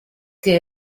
que